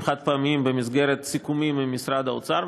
חד-פעמיים במסגרת סיכומים עם משרד האוצר,